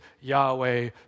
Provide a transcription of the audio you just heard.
Yahweh